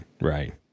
right